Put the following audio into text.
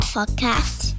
Podcast